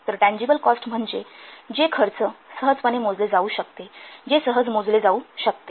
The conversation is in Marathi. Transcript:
तर टँजिबल कॉस्ट म्हणजे जे खर्च सहजपणे मोजले जाऊ शकते जे सहज मोजले जाऊ शकते